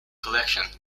collection